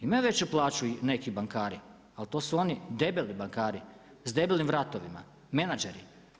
Imaju veću plaću neki bankari, ali to su oni debeli bankari, s debelim vratovima, menadžeri.